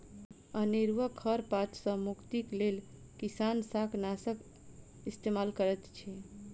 अनेरुआ खर पात सॅ मुक्तिक लेल किसान शाकनाशक इस्तेमाल करैत अछि